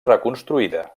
reconstruïda